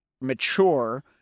mature